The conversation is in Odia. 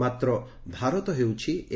ମାତ୍ର ଭାରତ ହେଉଛି ଏକ